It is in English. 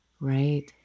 right